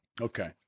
Okay